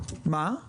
ה-27 במרס 2023,